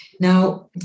Now